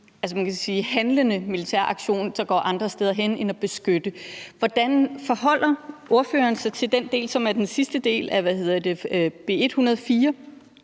en, man kan sige, handlende militæraktion, der går videre end blot at beskytte. Hvordan forholder ordføreren sig til den del, som er den sidste del af B 104,